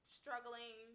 struggling